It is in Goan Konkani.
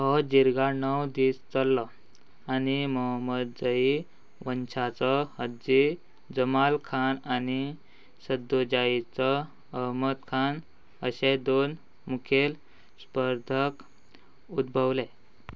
हो जिरगा णव दीस चल्लो आनी मोहमद जही वंशाचो हज्जी जमाल खान आनी सद्दो जायेचो अहमद खान अशे दोन मुखेल स्पर्धक उद्भवले